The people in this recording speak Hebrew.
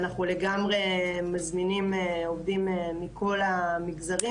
אנחנו לגמרי מזמינים עובדים מכל המגזרים